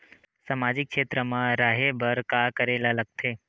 सामाजिक क्षेत्र मा रा हे बार का करे ला लग थे